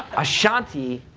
ashanti